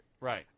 Right